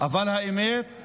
אבל האמת היא